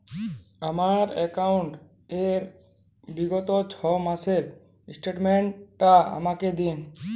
আমার অ্যাকাউন্ট র বিগত ছয় মাসের স্টেটমেন্ট টা আমাকে দিন?